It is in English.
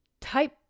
type